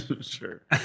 Sure